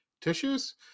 Tissues